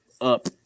up